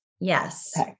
yes